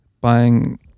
Buying